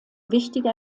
wichtige